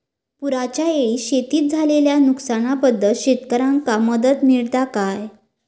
पुराच्यायेळी शेतीत झालेल्या नुकसनाबद्दल शेतकऱ्यांका मदत मिळता काय?